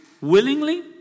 willingly